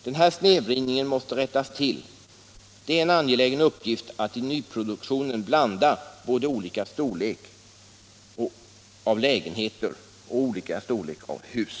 Den snedvridningen måste rättas till. Det är en angelägen uppgift att i nyproduktionen blanda både olika storlek på lägenheter och olika storlek på hus.